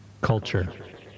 Culture